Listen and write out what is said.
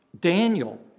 Daniel